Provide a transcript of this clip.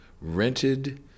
rented